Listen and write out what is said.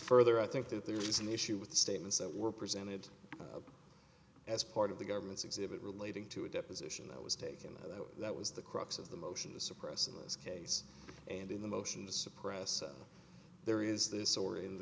further i think that there is an issue with the statements that were presented as part of the government's exhibit relating to a deposition that was taken that that was the crux of the motion to suppress in this case and in the motions suppress there is this or